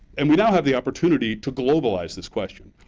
and we now have the opportunity to globalize this question.